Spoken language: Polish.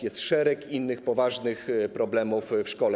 Jest szereg innych poważnych problemów w szkole.